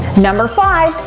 number five,